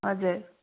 हजुर